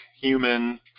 human